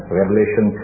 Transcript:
Revelation